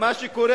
לכו